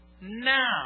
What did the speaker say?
now